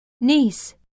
niece